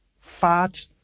fat